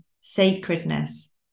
sacredness